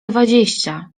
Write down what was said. dwadzieścia